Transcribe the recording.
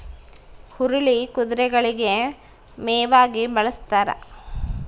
ಹುರುಳಿ ಕುದುರೆಗಳಿಗೆ ಮೇವಾಗಿ ಬಳಸ್ತಾರ